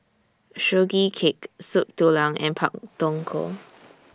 Sugee Cake Soup Tulang and Pak Thong Ko